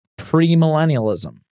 premillennialism